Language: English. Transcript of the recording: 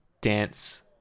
dance